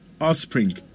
offspring